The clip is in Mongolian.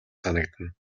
санагдана